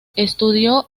estudió